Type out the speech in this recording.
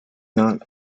not